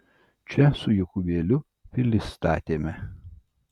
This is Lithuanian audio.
čia su jokūbėliu pilis statėme